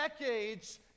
decades